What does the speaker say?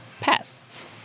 pests